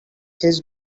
his